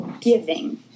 giving